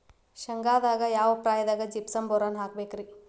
ಶೇಂಗಾಕ್ಕ ಯಾವ ಪ್ರಾಯದಾಗ ಜಿಪ್ಸಂ ಬೋರಾನ್ ಹಾಕಬೇಕ ರಿ?